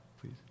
please